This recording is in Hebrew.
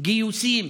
גיוסים,